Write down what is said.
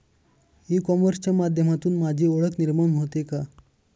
E कॉमर्सच्या माध्यमातून माझी ओळख निर्माण होते का?